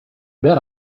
bet